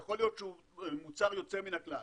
יכול להיות שהוא מוצר יוצא מן הכלל,